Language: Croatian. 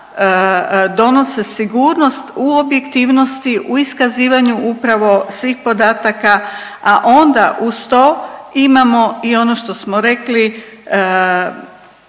donose sigurnost u objektivnosti u iskazivanju upravo svih podataka, a onda uz to imamo i ono što smo rekli